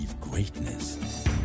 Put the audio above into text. Greatness